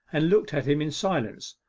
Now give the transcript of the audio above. and looked at him in silence.